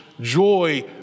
joy